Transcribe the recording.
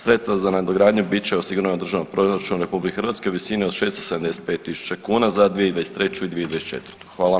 Sredstva za nadogradnju bit će osigurana u Državnom proračunu RH u visini od 675.000 kuna za 2023. i 2024.